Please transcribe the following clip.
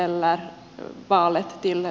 arvoisa puhemies